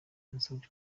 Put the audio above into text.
yansabye